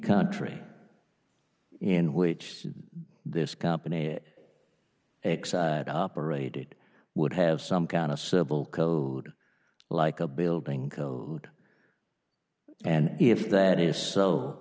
country in which this company operated would have some kind of civil code like a building code and if that is so